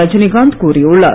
ரஜினிகாந்த் கூறி உள்ளார்